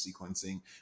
sequencing